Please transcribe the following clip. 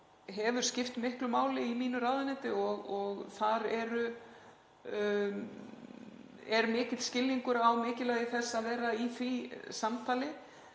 raunar skipt miklu máli í mínu ráðuneyti og þar er mikill skilningur á mikilvægi þess að vera í því samtali.